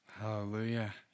Hallelujah